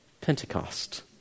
Pentecost